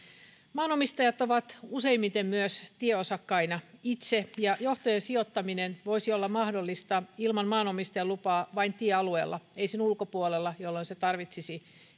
maanomistajat ovat useimmiten myös tieosakkaina itse ja johtojen sijoittaminen voisi olla mahdollista ilman maanomistajan lupaa vain tiealueella ei sen ulkopuolella jolloin se tarvitsisi